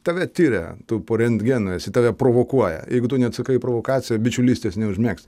tave tiria tu po rentgeno esi tave provokuoja jeigu tu neatsakai į provokaciją bičiulystės neužmegsi